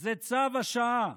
זה צו השעה,